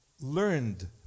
learned